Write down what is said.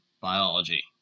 biology